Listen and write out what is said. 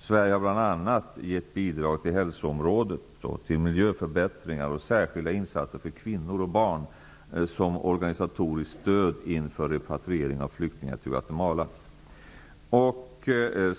Sverige har bl.a. givit bidrag till hälsoområdet och till miljöförbättringar samt gjort särskilda insatser för kvinnor och barn, såsom ett organisatoriskt stöd inför repatriering av flyktingar till Guatemala.